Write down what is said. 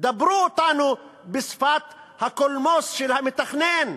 דברו אתנו בשפת הקולמוס של המתכנן,